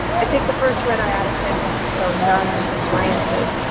i take the first red-eye out of san francisco, numb and disoriented.